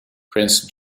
prince